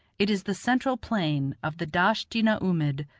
it is the central plain of the dasht-i-na-oomid,